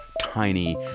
tiny